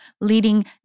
leading